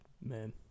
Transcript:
Man